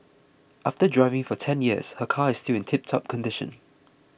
after driving for ten years her car is still in tiptop condition